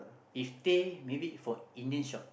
if teh maybe for Indian shop